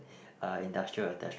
uh industrial attach